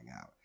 out